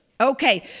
Okay